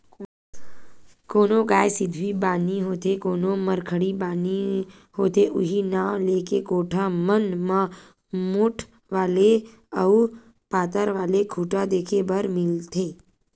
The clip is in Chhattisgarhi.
कोनो गाय सिधवी बानी होथे कोनो मरखंडी बानी होथे उहीं नांव लेके कोठा मन म मोठ्ठ वाले अउ पातर वाले खूटा देखे बर मिलथे